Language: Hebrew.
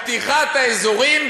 לפתיחת האזורים,